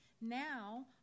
Now